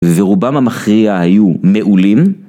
ורובם המכריע היו מעולים.